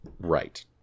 Right